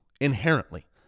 inherently